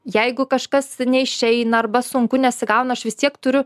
jeigu kažkas neišeina arba sunku nesigauna aš vis tiek turiu